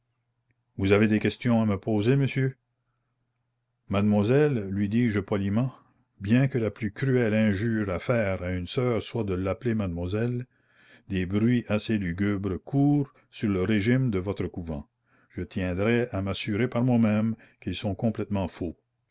vous avez des questions à me poser monsieur mademoiselle lui dis-je poliment bien que la plus cruelle injure à faire à une sœur soit de l'appeler mademoiselle des bruits assez lugubres courent sur le régime de votre couvent je tiendrais à m'assurer par moi-même qu'ils sont complètement faux